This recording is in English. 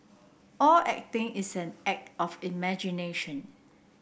all acting is an act of imagination